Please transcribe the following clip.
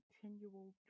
continual